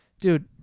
Dude